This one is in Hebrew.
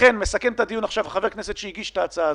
לכן מסכם את דיון עכשיו חבר הכנסת שהגיש את ההצעה הזו,